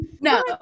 no